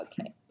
Okay